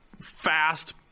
fast